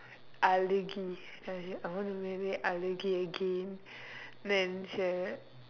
Azhagi I I want to marry Azhagi again then sharon